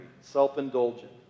self-indulgent